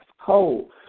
cold